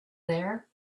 there